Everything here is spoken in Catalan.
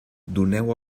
doneu